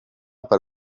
per